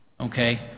Okay